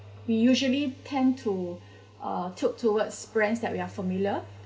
we usually tend to uh tilt towards brands that we are familiar